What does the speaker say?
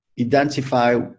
identify